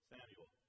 Samuel